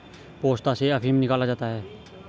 पोस्ता से अफीम निकाला जाता है